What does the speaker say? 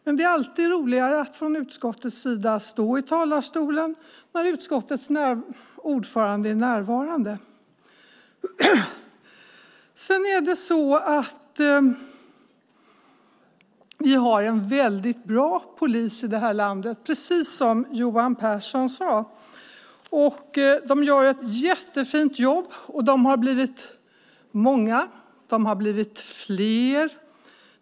Men det är alltid roligare för oss i utskottet att stå här i talarstolen när utskottets ordförande är närvarande. Vi har en väldigt bra polis i det här landet, precis som Johan Pehrson sagt. Poliserna gör ett mycket bra jobb. De har blivit många - de är alltså fler nu.